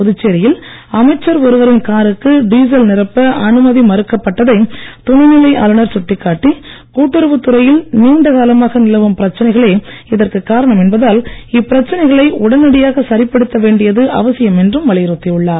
புதுச்சேரியில் அமைச்சர் ஒருவரின் காருக்கு டீசல் நிரப்ப அனுமதி மறுக்கப்பட்டதை துணைநிலை ஆளுனர் சுட்டிக்காட்டி கூட்டுறவுத் துறையில் நீண்ட காலமாக நிலவும் பிரச்சனைகளே இதற்குக் காரணம் என்பதால் இப்பிரச்சனைகளை உடனடியாக சரிப்படுத்த வேண்டியது அவசியம் என்றும் வலியுறுத்தியுள்ளார்